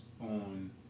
on